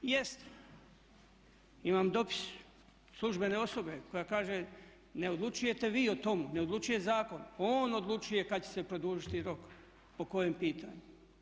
Jeste imam dopis službene osobe koja kaže ne odlučujte vi o tome, ne odlučuju zakon, on odlučuje kad će se produžiti rok po kojem pitanju.